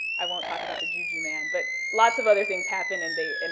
i won't talk about the ju-ju man, but lots of other things happen, and they, and